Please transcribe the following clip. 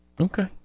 Okay